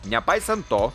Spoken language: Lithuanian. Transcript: nepaisant to